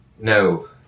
No